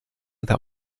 that